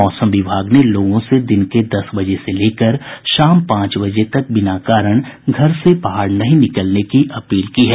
मौसम विभाग ने लोगों से दिन के दस बजे से लेकर शाम पांच बजे तक बिना कारण घर से बाहर नहीं निकलने की अपील की है